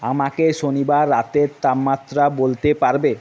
আমাকে শনিবার রাতের তাপমাত্রা বলতে পারবে